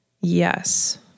Yes